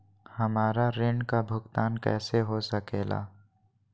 हमरा ऋण का भुगतान कैसे हो सके ला?